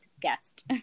guest